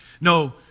No